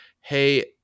Hey